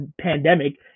pandemic